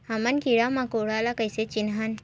हमन कीरा मकोरा ला कइसे चिन्हन?